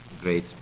great